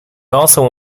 also